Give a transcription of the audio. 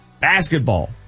basketball